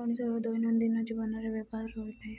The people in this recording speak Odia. ମଣିଷର ଦୈନନ୍ଦିନ ଜୀବନରେ ବ୍ୟବହାର ରହିଥାଏ